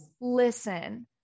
listen